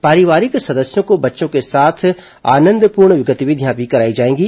पारिवारिक सदस्यों को बच्चों के साथ आनंदपूर्ण गतिविधियां भी कराई जाएंगी